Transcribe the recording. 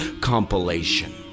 compilation